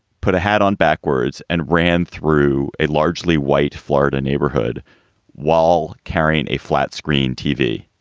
put a hat on backwards and ran through a largely white florida neighborhood while carrying a flat screen tv.